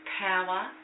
power